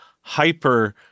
hyper